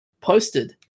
posted